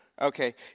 Okay